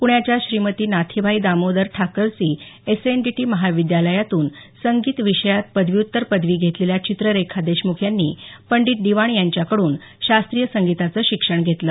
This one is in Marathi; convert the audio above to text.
पुण्याच्या श्रीमती नाथीबाई दामोदर ठाकरसी एसएनडीटी महाविद्यालयातून संगीत विषयात पदव्य्त्तर पदवी घेतलेल्या चित्ररेखा देशमुख यांनी पंडित दिवाण यांच्याकडून शास्त्रीय संगीताचं शिक्षण घेतलं